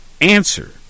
answer